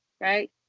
right